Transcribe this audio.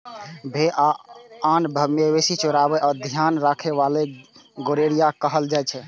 भेड़ आ आन मवेशी कें चराबै आ ध्यान राखै बला कें गड़ेरिया कहल जाइ छै